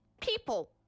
people